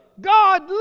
God